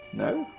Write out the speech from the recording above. no?